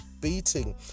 beating